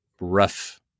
rough